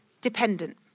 dependent